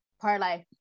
Parlay